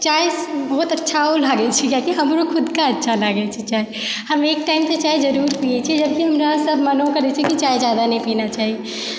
चाय बहुत अच्छाओ लागै छै किआकि हमरो खुदके अच्छा लागैत छै चाय हम एक टाइम तऽ चाय जरूर पीए छी जबकि हमरा सब मनो करैत छै कि चाय जादा नहि पीना चाही